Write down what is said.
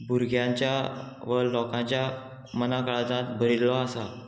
भुरग्यांच्या व लोकांच्या मना काळजांत भरिल्लो आसा